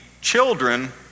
children